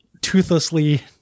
toothlessly